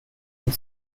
and